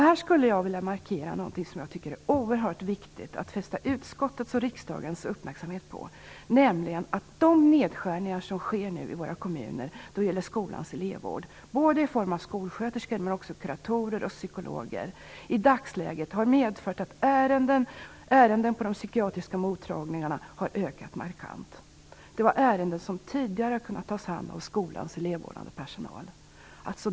Jag skulle vilja markera något som jag tycker är oerhört viktigt och som jag vill fästa utskottets och riksdagens uppmärksamhet på. Det gäller de nedskärningar av skolans elevvård - skolsköterskor, kuratorer och psykologer - som nu sker i våra kommuner och som i dagsläget har medfört att ärendena på de psykiatriska mottagningarna har ökat markant. Det är ärenden som tidigare har kunnat tas om hand av skolans elevvårdande personal.